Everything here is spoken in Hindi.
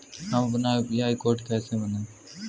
हम अपना यू.पी.आई कोड कैसे बनाएँ?